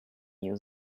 new